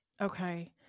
Okay